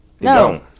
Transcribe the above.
No